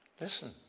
Listen